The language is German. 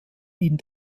ihnen